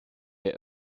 der